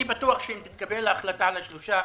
אני בטוח שאם תתקבל החלטה על השלושה,